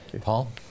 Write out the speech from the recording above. Paul